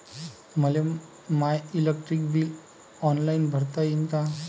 मले my electric bill online भरता येईन का?